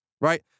right